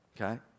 okay